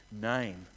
name